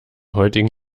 heutigen